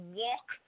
walk